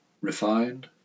refined